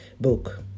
book